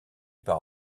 par